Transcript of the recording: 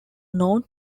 known